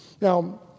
Now